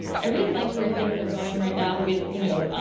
i really like where things are going right now with, you know,